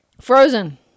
Frozen